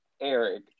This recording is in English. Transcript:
Eric